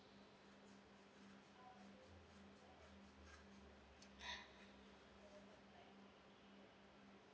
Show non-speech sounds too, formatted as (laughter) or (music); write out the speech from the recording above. (breath)